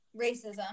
racism